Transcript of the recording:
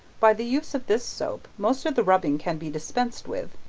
by the use of this soap, most of the rubbing can be dispensed with,